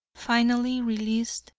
finally released,